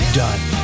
done